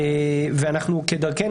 כדרכנו,